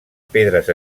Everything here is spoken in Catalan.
pedres